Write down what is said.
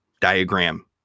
diagram